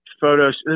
photos